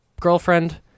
girlfriend